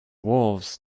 wolves